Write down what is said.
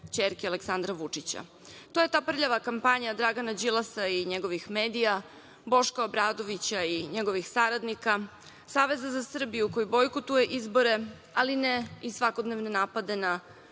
ćerki Aleksandra Vučića. To je ta prljava kampanja Dragana Đilasa i njegovih medija, Boška Obradovića i njegovih saradnika, Saveza za Srbiju koji bojkotuje izbore ali ne i svakodnevne napade na